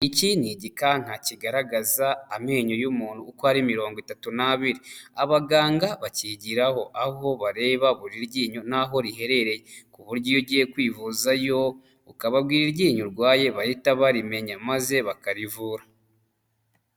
Iki ni igikanka kigaragaza amenyo y'umuntu uko ari mirongo itatu n'abiri abaganga bakigiraho aho bareba buri ryinyo n'aho riherereye ku buryo iyo ugiye kwivuzayo ukababwira iryinyo urwaye bahita barimenya maze bakarivura.